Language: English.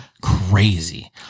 crazy